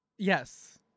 Yes